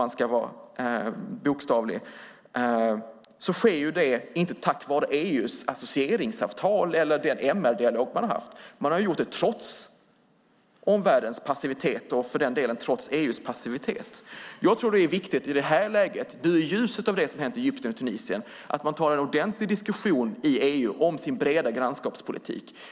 Det sker ju inte tack vare EU:s associeringsavtal eller den MR-dialog man har haft. Man har gjort det trots omvärldens och EU:s passivitet. Jag tror att det är viktigt i detta läge, i ljuset av det som har hänt i Egypten och i Tunisien, att man tar en ordentlig diskussion i EU om sin breda grannskapspolitik.